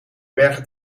bergen